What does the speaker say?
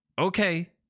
okay